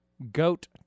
goat